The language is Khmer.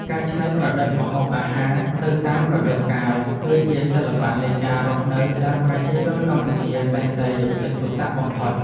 ការច្នៃប្រឌិតម្ហូបអាហារទៅតាមរដូវកាល គឺជាសិល្បៈនៃការរស់នៅដែលប្រជាជនកម្ពុជាតែងតែយកចិត្តទុកដាក់បំផុត។